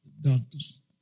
Doctors